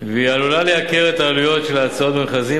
והיא עלולה לייקר את העלויות של ההצעות במכרזים